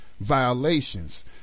violations